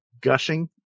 Gushing